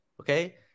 Okay